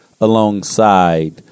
alongside